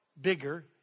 bigger